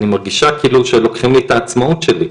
אני מרגישה כאילו שלוקחים לי את העצמאות שלי,